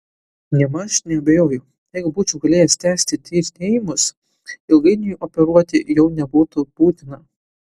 nėmaž neabejoju jeigu būčiau galėjęs tęsti tyrinėjimus ilgainiui operuoti jau nebūtų būtina